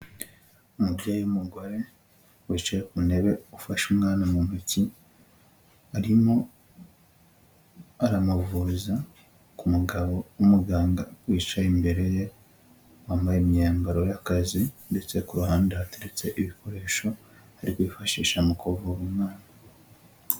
Umubyeyi w'umugore wicaye ku ntebe ufashe umwana mu ntoki, arimo aramuvuriza ku mugabo w'umuganda wicaye imbere ye, wambaye imyambaro y'akazi, ndetse ku ruhande hateretse ibikoresho ari kwifashisha mu kuvura umwana.